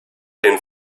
den